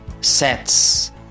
sets